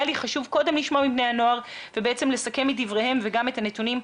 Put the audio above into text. היה לי חשוב קודם לשמוע מבני הנוער ולסכם את דבריהם וגם את הנתונים.